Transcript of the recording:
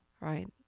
right